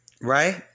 Right